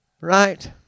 Right